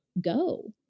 go